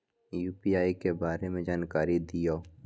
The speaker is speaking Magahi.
यू.पी.आई के बारे में जानकारी दियौ?